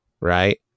Right